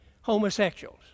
homosexuals